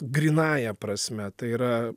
grynąja prasme tai yra